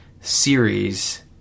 series